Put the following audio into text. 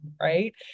right